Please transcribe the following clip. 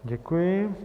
Děkuji.